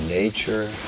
nature